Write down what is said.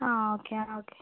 ആ okay ah okay